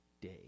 day